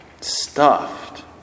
stuffed